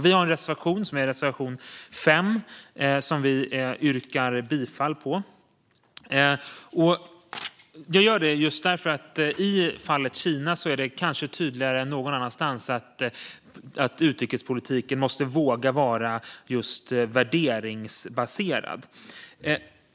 Vi har en reservation med nummer 5 som jag yrkar bifall till. Det gör jag just därför att det i fallet Kina kanske är tydligare än någon annanstans att utrikespolitiken måste våga vara just värderingsbaserad.